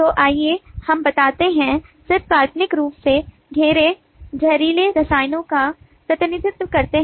तो आइए हम बताते हैं सिर्फ काल्पनिक रूप से घेरे जहरीले रसायनों का प्रतिनिधित्व करते हैं